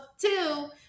two